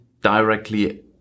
directly